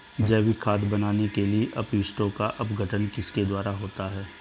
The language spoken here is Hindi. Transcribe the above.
जैविक खाद बनाने के लिए अपशिष्टों का अपघटन किसके द्वारा होता है?